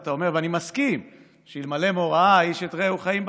ואני מסכים שאלמלא מוראה איש את רעהו חיים בלעהו,